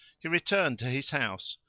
he returned to his house,